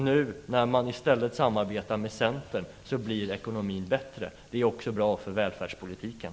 Nu när man i stället samarbetar med Centern blir ekonomin bättre. Det är också bra för välfärdspolitiken.